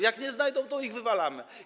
Jak ich nie znajdą, to ich wywalamy.